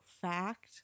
fact